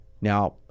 Now